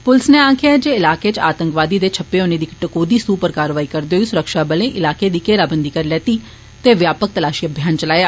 पुलस नै आक्खेया ऐ जे इलाकें इच आंतकवादी दे छप्पे होनें दी इक टकोदी सूह उप्पर कारवाई करदे होई सुरक्षाबलें इलाके दी घेराबंदी करी लैत्ती ते व्यापक तलाषी अभियान चलाया